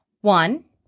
One